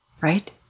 right